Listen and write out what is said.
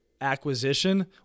acquisition